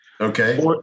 Okay